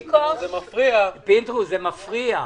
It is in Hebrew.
פינדרוס, זה מפריע.